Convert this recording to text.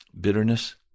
bitterness